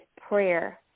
prayer